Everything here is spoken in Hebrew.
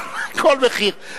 כל מחיר.